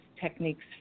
techniques